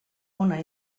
ona